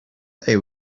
they